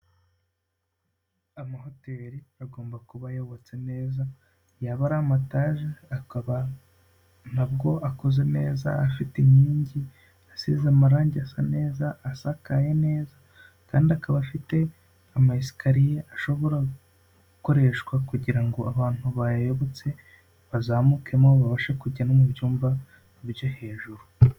Amahoteli agomba kuba yubatse neza yaba ari amayetaje akaba ntabwo akoze neza afite inkingi asize amarangi asa neza asakaye neza kandi akaba afite amasikariya ashobora gukoreshwa kugira ngo abantu bayayobotse bazamukemo babashe kujya no mu byumba byo hejuru.